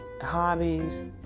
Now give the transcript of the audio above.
hobbies